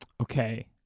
Okay